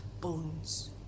bones